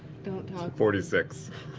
forty six.